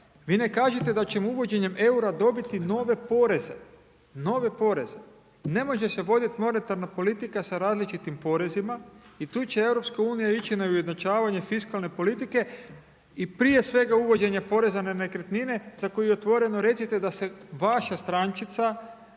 vi ne kažete da ćemo uvođenjem EUR-a dobiti nove poreze, nove poreze. Ne može se vodit monetarna politika sa različitim porezima i tu će EU ići na ujednačavanje fiskalne politike i prije svega uvođenje poreza na nekretnine, za koji otvoreno da se vaša strančica